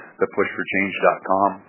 thepushforchange.com